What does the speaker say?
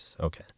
Okay